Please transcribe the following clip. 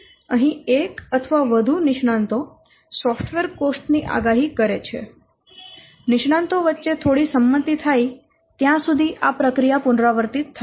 અહીં એક અથવા વધુ નિષ્ણાંતો સોફ્ટવેર કોસ્ટ ની આગાહી કરે છે નિષ્ણાંતો વચ્ચે થોડી સંમતિ થાય ત્યાં સુધી આ પ્રક્રિયા પુનરાવર્તિત થાય છે